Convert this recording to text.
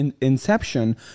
inception